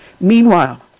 Meanwhile